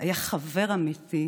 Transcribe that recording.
היה חבר אמיתי,